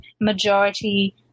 majority